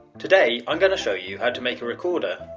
today, i'm going to show you how to make a recorder,